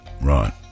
Right